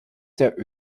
der